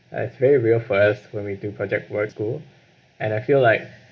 it's very real for us when we do project work at school and I feel like